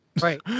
right